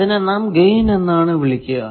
അതിനെ നാം ഗൈൻ എന്നാണ് പറയുക